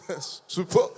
super